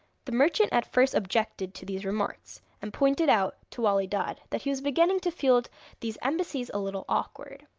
the merchant at first objected to these remarks, and pointed out to wali dad that he was beginning to feel these embassies a little awkward.